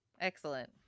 Excellent